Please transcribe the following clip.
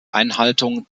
einhaltung